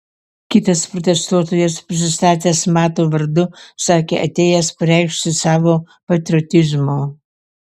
kitas protestuotojas prisistatęs mato vardu sakė atėjęs pareikšti savo patriotizmo